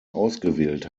ausgewählt